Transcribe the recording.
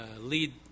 lead